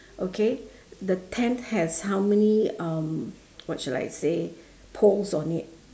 okay the tent has how many um what shall I say poles on it